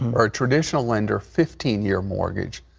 um or traditional lender, fifteen year mortgage,